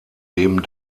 dem